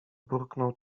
burknął